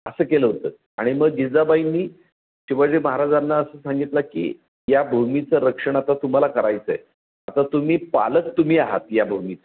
असं केलं होतं आणि मग जिजाबाईंनी शिवाजी महाराजांना असं सांगितलं की या भूमीचं रक्षण आता तुम्हाला करायचं आहे आता तुम्ही पालक तुम्ही आहात या भूमीचे